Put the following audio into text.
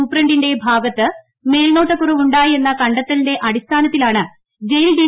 സൂപ്രണ്ടിന്റെ ഭാഗത്ത് മേൽനോട്ടക്കുറവുണ്ടായെന്ന കണ്ടെത്തലിന്റെ അടിസ്ഥാനത്തിലാണ് ജയിൽ ഡി